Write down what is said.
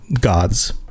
gods